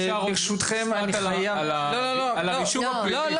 ברשותכם ------ האחראי על הרישום הפלילי --- לא,